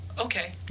okay